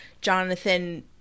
Jonathan